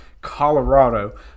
Colorado